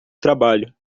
trabalho